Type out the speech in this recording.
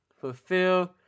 fulfill